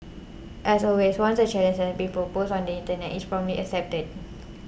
as always once a challenge has been proposed on the internet is promptly accepted